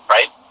Right